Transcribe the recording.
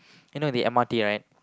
you know the M_R_T right